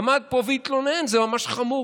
הוא עמד פה והתלונן: זה ממש חמור,